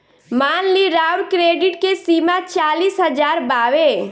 मान ली राउर क्रेडीट के सीमा चालीस हज़ार बावे